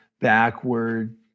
backward